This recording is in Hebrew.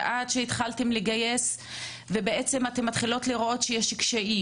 עד שהתחלתם לגייס ועד שהתחלתם לראות שיש קשיים,